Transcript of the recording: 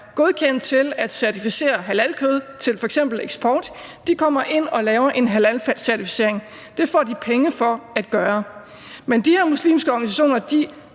godkendt til at certificere halalkød til f.eks. eksport, kommer ind og laver en halalcertificering. Det får de penge for at gøre. Men de her muslimske organisationer